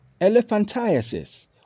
Elephantiasis